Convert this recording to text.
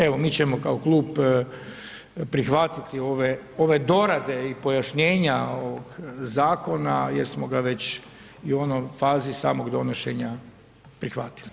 Evo, mi ćemo kao klub prihvatiti ove dorade i pojašnjenja ovog zakona jer smo ga već i u onoj fazi samoga donošenja prihvatili.